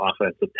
offensive